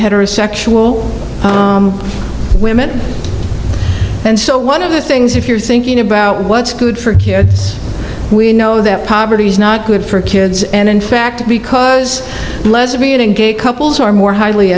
heterosexual women and so one of the things if you're thinking about what's good for kids we know that poverty is not good for kids and in fact because lesbian and gay couples are more highly